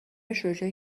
شجاعی